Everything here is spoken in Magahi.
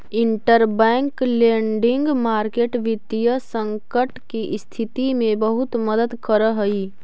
इंटरबैंक लेंडिंग मार्केट वित्तीय संकट के स्थिति में बहुत मदद करऽ हइ